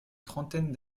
trentaine